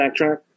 backtrack